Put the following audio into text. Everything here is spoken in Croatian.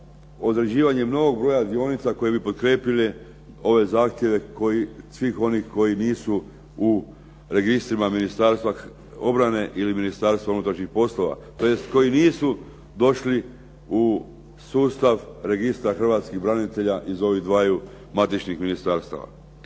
određivanjem novog broja dionica koje bi potkrijepile ove zahtjeve svih onih koji nisu u registrima Ministarstva obrane ili Ministarstva unutrašnjih poslova tj. koji nisu došli u sustav registra hrvatskih branitelja iz ovih dvaju matičnih ministarstava.